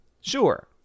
Sure